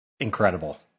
incredible